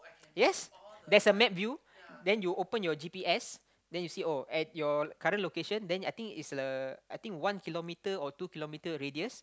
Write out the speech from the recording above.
yes there's a map view then you open your g_p_s then you see oh at your current location then I think it's a I think one kilometre or two kilometre radius